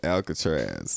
Alcatraz